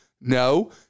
No